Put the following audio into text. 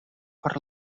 por